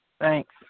Thanks